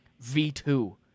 V2